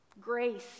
Grace